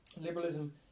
Liberalism